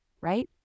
right